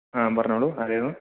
ആ പറഞ്ഞോളൂ ആരായിരുന്നു